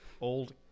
Old